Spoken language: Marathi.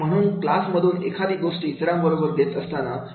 आणि म्हणून क्लास मधून एखादी गोष्ट इतरांबरोबर देत असताना